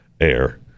air